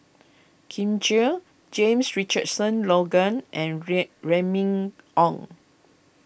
Kin Chui James Richardson Logan and Remy Ong